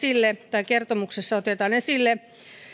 oikeusasiamiehen kertomuksessa otetaan esille